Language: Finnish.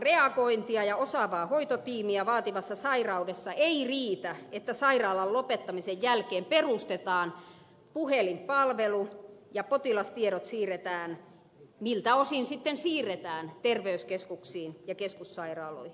nopeaa reagointia ja osaavaa hoitotiimiä vaativassa sairaudessa ei riitä että sairaalan lopettamisen jälkeen perustetaan puhelinpalvelu ja potilastiedot siirretään miltä osin sitten siirretään terveyskeskuksiin ja keskussairaaloihin